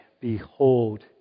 Behold